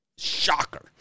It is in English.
Shocker